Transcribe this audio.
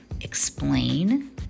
explain